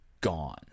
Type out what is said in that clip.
gone